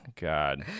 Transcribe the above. God